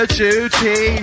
duty